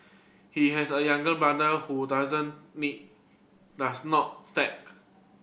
he has a younger brother who doesn't need does not stake